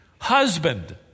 Husband